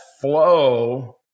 flow